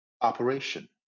operation